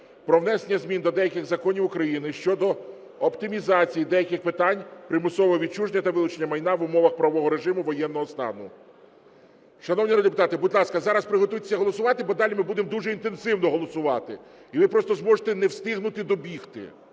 про внесення змін до деяких законів України щодо оптимізації деяких питань примусового відчуження та вилучення майна в умовах правового режиму воєнного стану. Шановні народні депутати, будь ласка, зараз приготуйтеся голосувати, бо далі ми будемо дуже інтенсивно голосувати, і ви просто зможете не встигнути добігти,